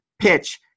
PITCH